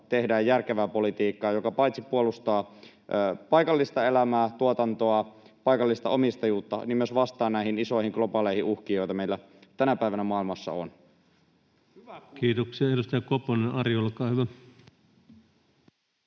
tehdään järkevää politiikkaa, joka paitsi puolustaa paikallista elämää, tuotantoa, paikallista omistajuutta, niin myös vastaa näihin isoihin globaaleihin uhkiin, joita meillä tänä päivänä maailmassa on. [Speech 401] Speaker: Ensimmäinen